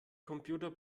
computer